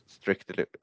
strictly